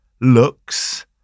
looks